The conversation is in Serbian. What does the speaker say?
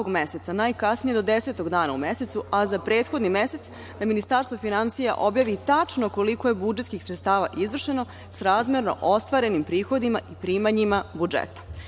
najkasnije do desetog dana u mesecu, a za prethodni mesec da Ministarstvo finansija objavi tačno koliko je budžetskih sredstava izvršeno srazmerno ostvarenim prihodima i primanjima budžeta.U